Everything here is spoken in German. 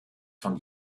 von